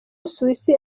busuwisi